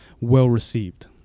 well-received